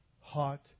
hot